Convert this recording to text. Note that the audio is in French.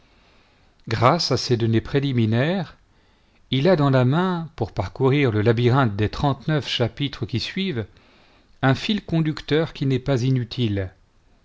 grâce à ces données préliminaires il a dans la main pour parcourir le labyrinthe des trente-neuf chapitres qui suivent un fîl conducteur qui n'est pas inutile